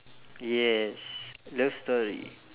yes love story